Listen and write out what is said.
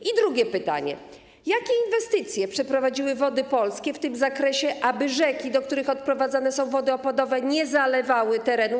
I drugie pytanie: Jakie inwestycje przeprowadziły Wody Polskie w tym zakresie, aby rzeki, do których odprowadzane są wody opadowe, nie zalewały terenów?